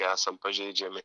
esam pažeidžiami